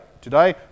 Today